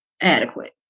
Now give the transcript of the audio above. adequate